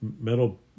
metal